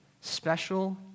special